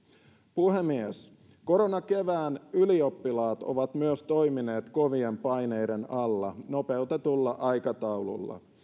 puhemies koronakevään ylioppilaat ovat myös toimineet kovien paineiden alla nopeutetulla aikataululla